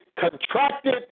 contracted